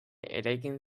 eraikin